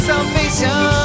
Salvation